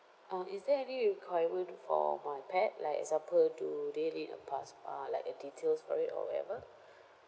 uh is there any requirement for my pet like example do they need a pass uh like a details for it or whatever